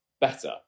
better